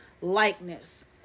likeness